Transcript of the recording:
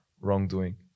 wrongdoing